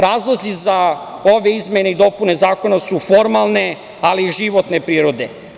Razlozi za ove izmene i dopune zakona su formalne, ali i životne prirode.